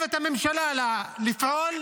הממשלה חייבת לפעול